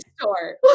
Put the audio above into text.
store